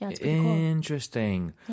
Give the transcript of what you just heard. interesting